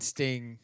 Sting